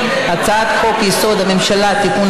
הצעת חוק-יסוד: הממשלה (תיקון,